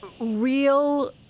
real